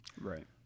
Right